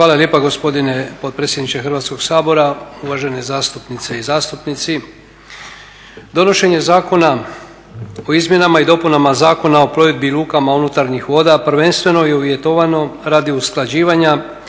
Hvala lijepa gospodine potpredsjedniče Hrvatskog sabora, uvažene zastupnice i zastupnici. Donošenje Zakona o izmjenama i dopunama Zakona o plovidbi i lukama unutarnjih voda prvenstveno je uvjetovano radi usklađivanja